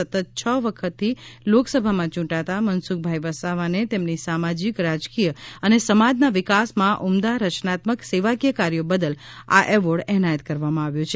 સતત છ વખતથી લોકસભામાં યૂંટાતા મનસુખભાઇ વસાવાને તેમની સામાજિક રાજકીય અને સમાજના વિકાસમાં ઉમદા રચનાત્મક સેવાકીય કાર્યો બદલ આ એવોર્ડ એનાયત કરવામાં આવ્યો છે